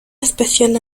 especial